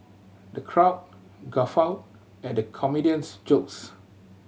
the crowd guffawed at the comedian's jokes